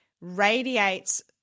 radiates